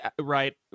right